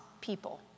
people